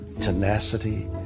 tenacity